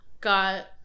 got